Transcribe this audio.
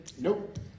nope